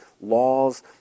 laws